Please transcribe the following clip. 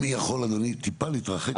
אם יכול אדוני טיפה להתרחק מהרמקול.